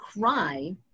cry